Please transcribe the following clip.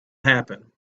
happen